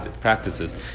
practices